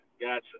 Gotcha